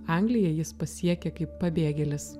angliją jis pasiekė kaip pabėgėlis